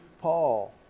Paul